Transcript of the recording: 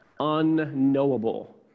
unknowable